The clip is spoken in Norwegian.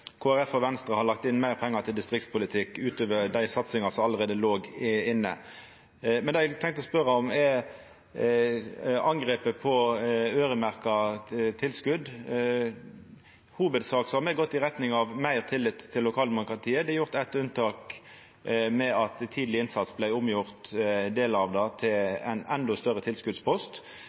Folkeparti og Venstre har lagt inn meir pengar til distriktspolitikk enn dei satsingane som allereie låg inne i budsjettet. Det eg har tenkt å spørja om, gjeld angrepet på øyremerkte tilskot. I hovudsak har me gått i retning av å gje meir tillit til lokaldemokratiet. Det er gjort eit unntak ved at delar av posten til tidleg innsats i skulen vart til ein endå større tilskotspost.